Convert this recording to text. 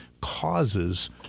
causes